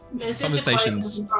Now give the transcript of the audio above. conversations